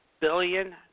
Billion